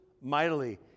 mightily